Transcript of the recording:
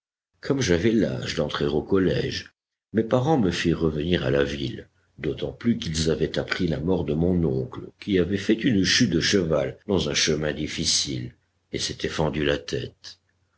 comme j'avais l'âge d'entrer au collège mes parents me firent revenir à la ville d'autant plus qu'ils avaient appris la mort de mon oncle qui avait fait une chute de cheval dans un chemin difficile et s'était fendu la tête